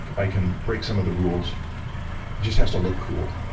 i can break some of the rules. it just has to look cool.